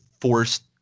forced